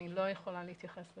אני לא יכולה להתייחס.